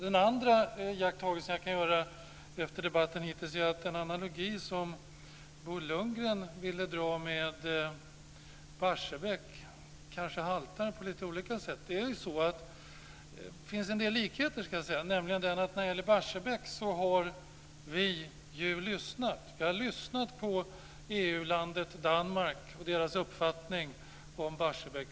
Den andra iakttagelsen som jag kan göra efter debatten hittills är att den analogi som Bo Lundgren ville göra med Barsebäck haltar på lite olika sätt. Det finns en del likheter, nämligen den att när det gäller Barsebäck har vi lyssnat på EU-landet Danmarks uppfattning om Barsebäck.